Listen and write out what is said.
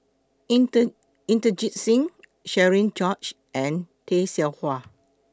intern Inderjit Singh Cherian George and Tay Seow Huah